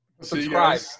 Subscribe